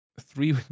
Three